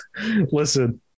Listen